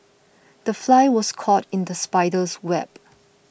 the fly was caught in the spider's web